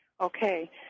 Okay